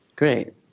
Great